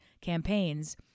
campaigns